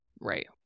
Right